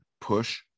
push